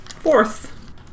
Fourth